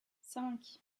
cinq